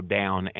down